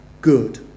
good